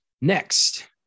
next